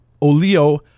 Olio